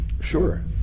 sure